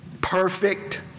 perfect